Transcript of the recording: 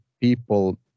people